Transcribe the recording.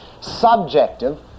subjective